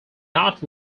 not